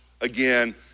Again